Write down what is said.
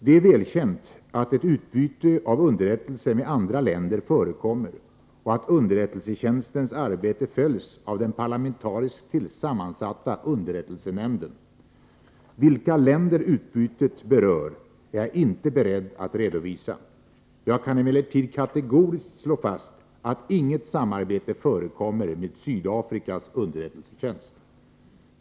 Det är välkänt att ett utbyte av underrättelser med andra länder förekommer och att underrättelsetjänstens arbete följs av den parlamentariskt sammansatta underrättelsenämnden. Vilka länder utbytet berör är jag inte beredd att redovisa. Jag kan emellertid kategoriskt slå fast att inget samarbete förekommer med Sydafrikas underrättelsetjänst.